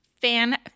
fan